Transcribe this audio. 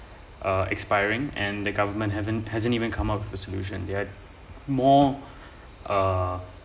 uh expiring and the government hasn't hasn't even come up with a solution they're more uh